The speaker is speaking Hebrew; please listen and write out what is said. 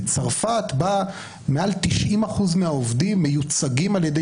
לצרפת מעל 90% מהעובדים מיוצגים על-ידי